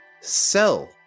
sell